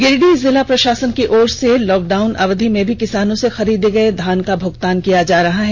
गिरिडीह जिला प्रशासन की ओर से लॉकडाउन अवधि में भी किसानों से खरीदे गए धान का भुगतान किया जा रहा है